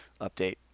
update